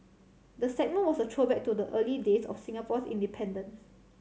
the segment was a throwback to the early days of Singapore's independence